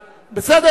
אף אחד לא, בסדר.